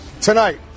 tonight